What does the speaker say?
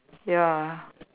ya